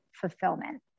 fulfillment